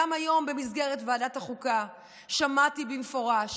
גם היום במסגרת ועדת החוקה שמעתי במפורש